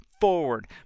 forward